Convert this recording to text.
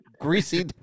greasy